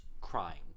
crying